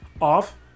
off